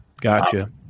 gotcha